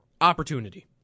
opportunity